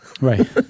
right